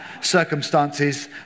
circumstances